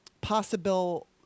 possible